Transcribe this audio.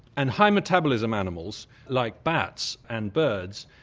and high-metabolism animals, like bats, and birds,